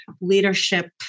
leadership